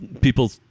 people